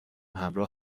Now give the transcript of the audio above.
همراه